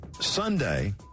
Sunday